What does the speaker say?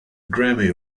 grammy